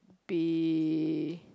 be